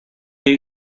ate